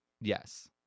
Yes